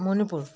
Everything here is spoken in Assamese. মণিপুৰ